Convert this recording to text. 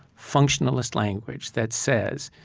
functionalist language, that says,